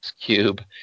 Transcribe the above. cube